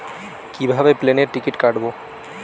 কিভাবে প্লেনের টিকিট কাটব?